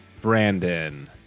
Brandon